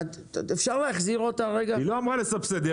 היא אמרה: לעודד.